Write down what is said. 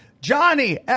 Johnny